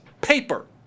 paper